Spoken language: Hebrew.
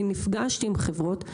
נפגשתי עם חברות,